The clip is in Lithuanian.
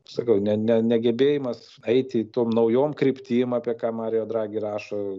sakau ne ne negebėjimas eiti tom naujom kryptim apie ką marijo dragi rašo